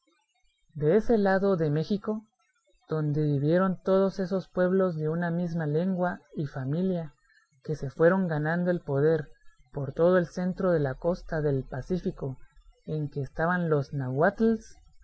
de ese lado de méxico donde vivieron todos esos pueblos de una misma lengua y familia que se fueron ganando el poder por todo el centro de la costa del pacífico en que estaban los nahuatles